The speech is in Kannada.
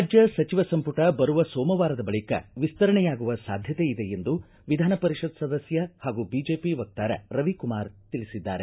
ರಾಜ್ಜ ಸಚಿವ ಸಂಪುಟ ಬರುವ ಸೋಮವಾರದ ಬಳಿಕ ವಿಸ್ತರಣೆಯಾಗುವ ಸಾಧ್ಯತೆ ಇದೆ ಎಂದು ವಿಧಾನ ಪರಿಷತ್ ಸದಸ್ಯ ಹಾಗೂ ಬಿಜೆಪಿ ವಕ್ತಾರ ರವಿಕುಮಾರ್ ತಿಳಿಸಿದ್ದಾರೆ